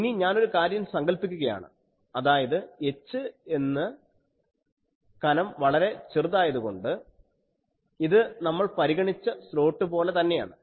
ഇനി ഞാനൊരു കാര്യം സങ്കൽപ്പിക്കുകയാണ് അതായത് h എന്ന കനം വളരെ ചെറുതായതുകൊണ്ട് ഇത് നമ്മൾ പരിഗണിച്ച സ്ലോട്ട് പോലെ തന്നെയാണ്